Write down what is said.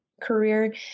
career